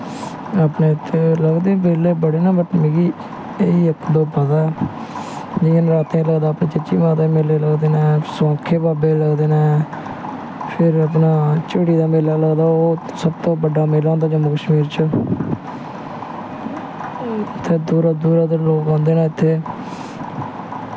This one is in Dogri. अपनै इत्थें लगदे मेले बड़े न बट मिगी एही इक दो पता जियां नरातें च लगदा चीची माता दे मेले लगदे न सोआंखै बाबै दै लगदे नै फिर अपने झिड़ी दा मेला लगदा ऐ ओह् सब तों बड्डा मेला होंदा जम्मू कश्मीर च उत्थें दूरा दूरा दे लोग औंदे नै उत्थैं